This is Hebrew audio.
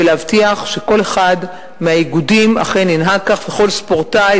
ולהבטיח שכל אחד מהאיגודים אכן ינהג כך וכל ספורטאי,